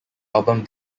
album